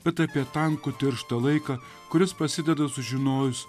bet apie tankų tirštą laiką kuris prasideda sužinojus